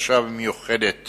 הקשה והמיוחדת